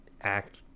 act